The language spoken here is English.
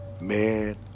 Man